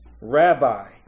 Rabbi